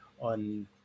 on